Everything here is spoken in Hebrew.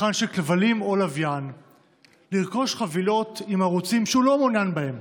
כבלים או לוויין לרכוש חבילות עם ערוצים שהוא לא מעוניין בהם?